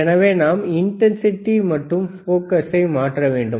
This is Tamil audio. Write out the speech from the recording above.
எனவே நாம் இன்டன்சிடி மற்றும் போக்கஸை மாற்ற வேண்டும்